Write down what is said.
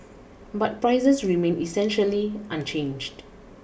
but prices remained essentially unchanged